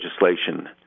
legislation